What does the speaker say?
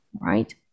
right